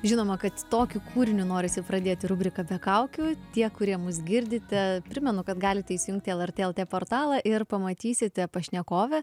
žinoma kad tokiu kūriniu norisi pradėti rubriką be kaukių tie kurie mus girdite primenu kad galite įsijungti lrt lt portalą ir pamatysite pašnekovę